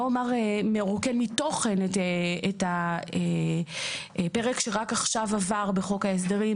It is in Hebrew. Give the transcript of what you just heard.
לא אומר מרוקן מתוכן את הפרק שרק עכשיו עבר בחוק ההסדרים,